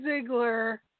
Ziegler